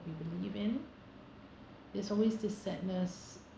we believe in it's always this sadness